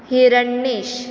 Hiranyesh